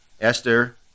Esther